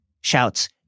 shouts